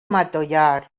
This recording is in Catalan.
matollar